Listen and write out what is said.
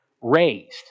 raised